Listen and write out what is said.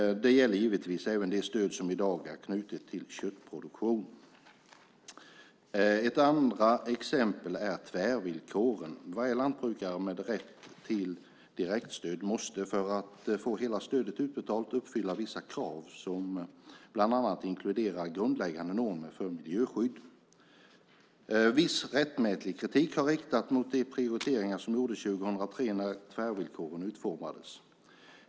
Det gäller givetvis även det stöd som i dag är knutet till köttproduktion. Ett andra exempel är tvärvillkoren. Varje lantbrukare med rätt till direktstöd måste, för att få hela stödet utbetalat, uppfylla vissa krav som bland annat inkluderar grundläggande normer för miljöskydd. Viss rättmätig kritik har riktats mot de prioriteringar som gjordes 2003 när tvärvillkoren utformades.